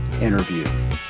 interview